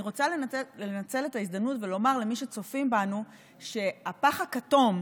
אני רוצה לנצל את ההזדמנות ולומר למי שצופים בנו שהפח הכתום,